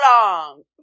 long